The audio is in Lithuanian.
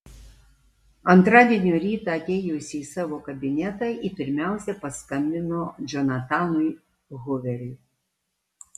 antradienio rytą atėjusi į savo kabinetą ji pirmiausia paskambino džonatanui huveriui